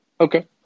Okay